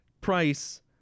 price